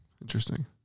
Interesting